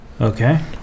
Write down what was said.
Okay